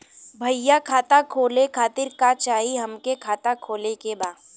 भईया खाता खोले खातिर का चाही हमके खाता खोले के बा?